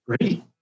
great